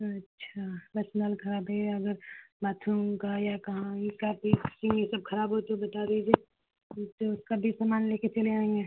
अच्छा बस नल खराब है या अगर बाथरूम का या कहाँ का भी बेसिन ये सब खराब हुआ तो बता दीजिए उसका भी समान लेकर चले आएँगे